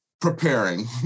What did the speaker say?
preparing